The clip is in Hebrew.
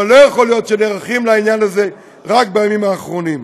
אבל לא יכול להיות שנערכים לעניין הזה רק בימים האחרונים.